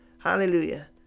Hallelujah